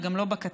וגם לא הכתבות,